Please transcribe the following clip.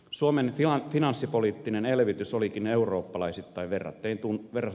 suomen finanssipoliittinen elvytys olikin eurooppalaisittain verrattain tuntuva